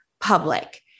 public